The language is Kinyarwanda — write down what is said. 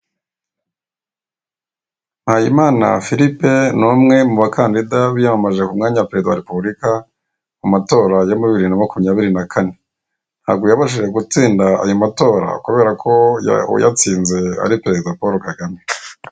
Muhayimana Filipe ni umwe mu bakandida biyamamaje ku mwanya wa perezida wa repubulika mu matora yo muri bibiri na makumyabiri na kane, ntago yabashije gutsinda ayo matora kubera ko uyatsinze ari perezida Polo Kagame.